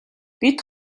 бид